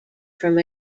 from